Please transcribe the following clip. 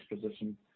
position